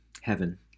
heaven